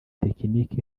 tekiniki